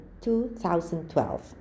2012